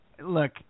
Look